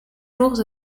jours